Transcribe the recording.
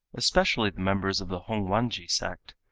especially the members of the hongwanji sect,